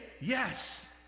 yes